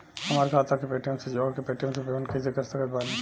हमार खाता के पेटीएम से जोड़ के पेटीएम से पेमेंट कइसे कर सकत बानी?